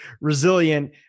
resilient